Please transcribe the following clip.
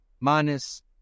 minus